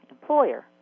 employer